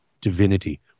divinity